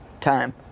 time